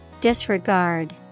Disregard